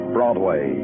Broadway